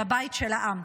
-- היא הבית של העם.